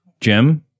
Jim